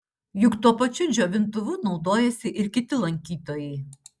juk tuo pačiu džiovintuvu naudojasi ir kiti lankytojai